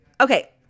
Okay